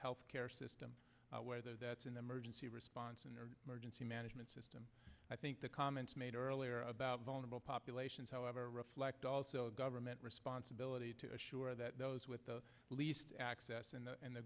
health care system whether that's in emergency response in their margins the management system i think the comments made earlier about vulnerable populations however reflect government responsibility to assure that those with the least access and the